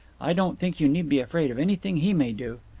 i don't think you need be afraid of anything he may do.